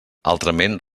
altrament